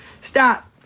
Stop